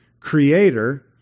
creator